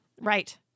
Right